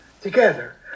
together